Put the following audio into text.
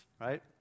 right